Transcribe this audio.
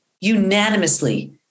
Unanimously